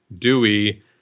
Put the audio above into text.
Dewey